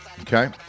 okay